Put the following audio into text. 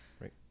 Right